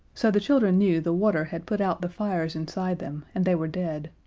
so the children knew the water had put out the fires inside them, and they were dead.